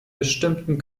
bestimmten